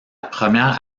première